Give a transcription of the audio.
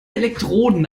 elektroden